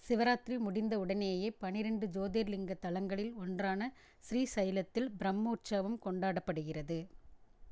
சிவராத்திரி முடிந்த உடனேயே பன்னிரண்டு ஜோதிடலிங்கத் தலங்களில் ஒன்றான ஸ்ரீசைலத்தில் பிரம்ம உற்சவம் கொண்டாடப்படுகிறது